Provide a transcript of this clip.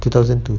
two thousand two